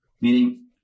Meaning